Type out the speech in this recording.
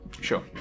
Sure